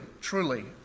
truly